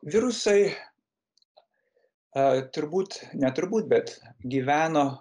virusai a turbūt ne turbūt bet gyveno